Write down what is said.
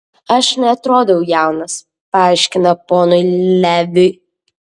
aš neatrodau jaunas paaiškina ponui leviui